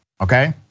okay